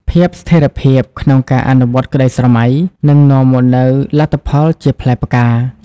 ភាពស្ថិតស្ថេរ ក្នុងការអនុវត្តក្តីស្រមៃ នឹងនាំមកនូវលទ្ធផលជាផ្លែផ្កា។